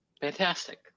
fantastic